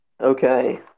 Okay